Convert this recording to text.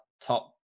top